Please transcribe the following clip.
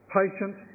patient